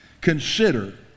consider